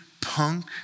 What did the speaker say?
punk